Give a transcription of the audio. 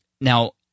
Now